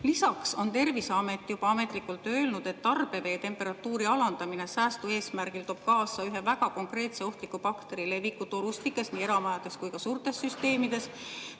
Lisaks on Terviseamet juba ametlikult öelnud, et tarbevee temperatuuri alandamine säästueesmärgil toob kaasa ühe väga konkreetse ohtliku bakteri leviku torustikes nii eramajades kui ka suurtes süsteemides.